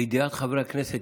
לידיעת חברי הכנסת,